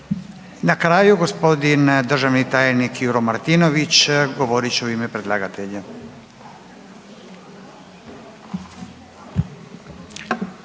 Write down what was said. Na kraju, g. državni tajnik Juro Martinović, govorit će u ime predlagatelja.